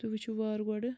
تُہۍ وُچھو وارٕ گۄڈٕ